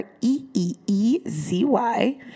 E-E-E-Z-Y